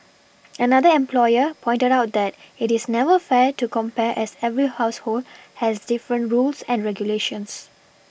another employer pointed out that it is never fair to compare as every household has different rules and regulations